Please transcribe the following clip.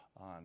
on